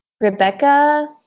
Rebecca